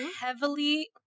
heavily